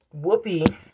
Whoopi